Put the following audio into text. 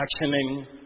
actioning